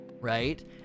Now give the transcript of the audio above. right